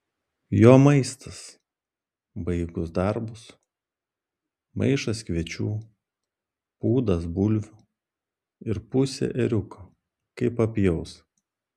jo maistas baigus darbus maišas kviečių pūdas bulvių ir pusė ėriuko kai papjaus